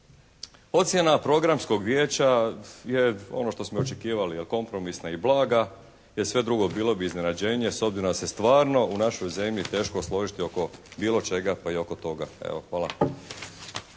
Ocjena Programskog vijeća je ono što smo i očekivali kompromisna i blaga, jer sve drugo bilo bi iznenađenje s obzirom da se stvarno u našoj zemlji teško složiti oko bilo čega, pa i oko toga. Evo